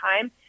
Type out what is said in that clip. time